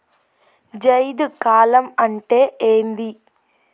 జైద్ కాలం అంటే ఏంది?